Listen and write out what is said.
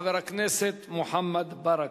חבר הכנסת מוחמד ברכה.